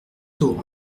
taux